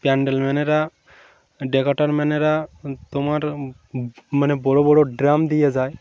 প্যান্ডেল ম্যানেরা ডেকরেটার ম্যানেরা তোমার মানে বড়ো বড়ো ড্রাম দিয়ে যায়